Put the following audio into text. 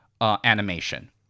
animation